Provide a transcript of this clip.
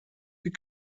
wie